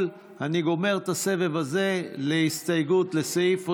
אני גומר את הסבב הזה להסתייגות לסעיף ראשון.